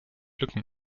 lücken